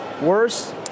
worse